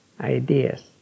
ideas